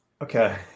Okay